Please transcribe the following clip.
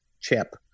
chip